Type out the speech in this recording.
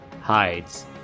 hides